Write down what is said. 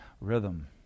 rhythm